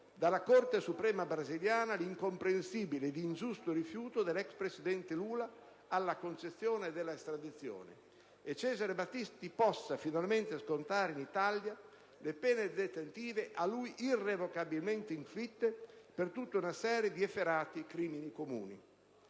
dalla Corte suprema brasiliana l'incomprensibile ed ingiusto rifiuto dell'ex presidente Lula alla concessione dell'estradizione e Cesare Battisti possa finalmente scontare in Italia le pene detentive a lui irrevocabilmente inflitte per tutta una serie di efferati crimini comuni.